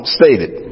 stated